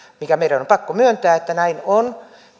mikä meidän on on pakko myöntää että näin on